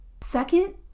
Second